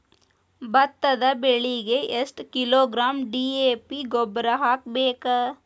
ಭತ್ತದ ಬೆಳಿಗೆ ಎಷ್ಟ ಕಿಲೋಗ್ರಾಂ ಡಿ.ಎ.ಪಿ ಗೊಬ್ಬರ ಹಾಕ್ಬೇಕ?